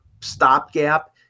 stopgap